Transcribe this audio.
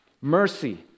Mercy